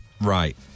Right